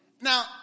Now